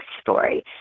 story